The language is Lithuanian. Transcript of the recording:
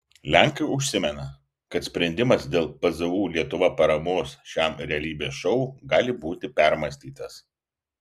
lenkai užsimena kad sprendimas dėl pzu lietuva paramos šiam realybės šou gali būti permąstytas